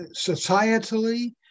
societally